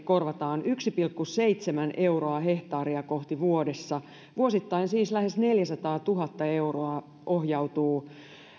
korvataan yksi pilkku seitsemän euroa hehtaaria kohti vuodessa vuosittain siis lähes neljäsataatuhatta euroa ohjautuu